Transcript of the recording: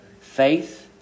Faith